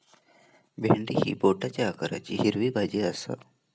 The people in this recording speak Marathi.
भेंडी ही बोटाच्या आकाराची हिरवी भाजी आसा